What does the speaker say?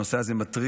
הנושא הזה מטריד.